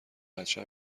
بچه